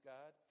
God